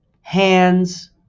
Hands